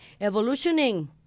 evolutioning